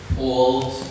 old